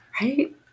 Right